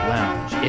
Lounge